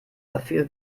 dafür